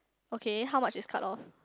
okay how much is cut off